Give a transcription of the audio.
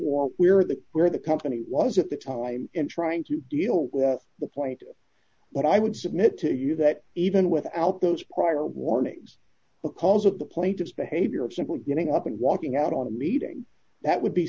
for we're the we're the company was at the time in trying to deal with the point what i would submit to you that even without those prior warnings because of the plaintiff's behavior simple getting up and walking out on a meeting that would be